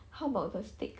how about the steak